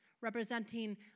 representing